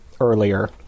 earlier